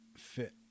fit